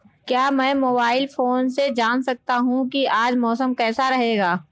क्या मैं mobile phone से जान सकता हूँ कि आज मौसम कैसा रहेगा?